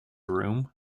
room